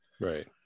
right